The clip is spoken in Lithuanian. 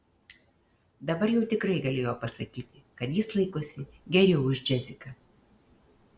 dabar jau tikrai galėjo pasakyti kad jis laikosi geriau už džesiką